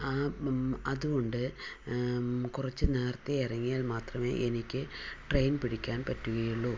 ആ അതുകൊണ്ട് കുറച്ചു നേരത്തെ ഇറങ്ങിയാൽ മാത്രമേ എനിക്ക് ട്രെയിൻ പിടിക്കാൻ പറ്റുകയുള്ളൂ